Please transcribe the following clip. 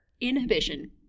inhibition